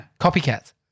Copycats